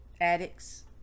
addicts